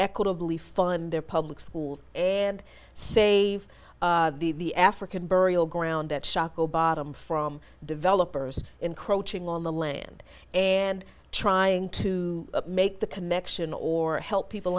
equitably fund their public schools and say the african burial ground that shockoe bottom from developers encroaching on the land and trying to make the connection or help people